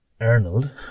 Arnold